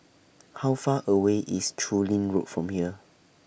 How Far away IS Chu Lin Road from here